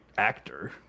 actor